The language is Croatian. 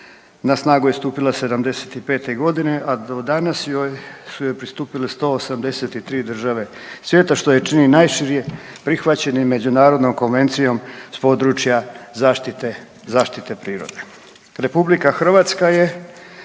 Na snagu je stupila '75. godine, a do danas su joj pristupile 183 države svijeta što je čini najšire prihvaćeni međunarodnom konvencijom s područja zaštite prirode. Republika Hrvatska je